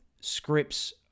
scripts